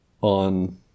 on